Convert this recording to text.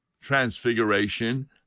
transfiguration